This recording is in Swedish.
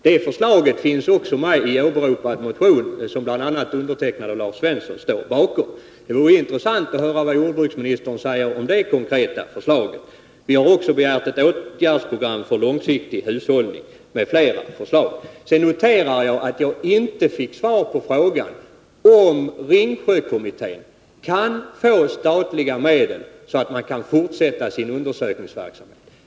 Det förslaget finns medi den av mig åberopade motionen, som bl.a. jag själv och Lars Svensson står bakom. Det vore intressant att höra vad jordbruksministern säger om det konkreta förslaget. Vi har också begärt ett åtgärdsprogram för långsiktig hushållning med flera förslag. Sedan noterar jag att jag inte fick svar på frågan om Ringsjökommittén kan få statliga medel så att man kan fortsätta sin undersökningsverksamhet.